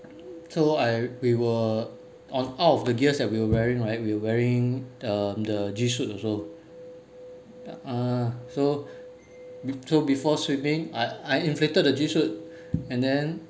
so I we were on out of the gears we were wearing right we're wearing um the G suit also uh so so before swimming I I inflated the G suit and then